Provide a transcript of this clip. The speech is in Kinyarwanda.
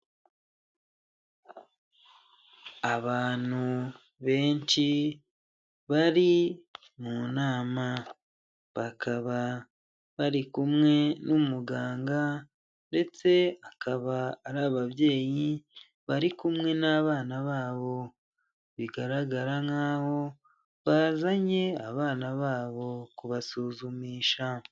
Abantu benshi, bari mu nama. Bakaba bari kumwe n'umuganga ndetse akaba ari ababyeyi, bari kumwe n'abana babo. Bigaragara nk'aho bazanye abana babo kubasuzumisha.